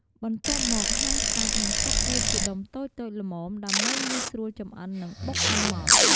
បន្ទាប់មកហាន់សាច់ និងកាត់វាជាដុំតូចៗល្មមដើម្បីងាយស្រួលចម្អិននិងបុកឱ្យម៉ដ្ឋ។